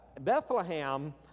Bethlehem